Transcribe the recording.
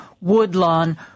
Woodlawn